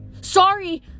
Sorry